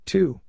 Two